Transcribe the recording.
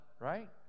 right